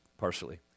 partially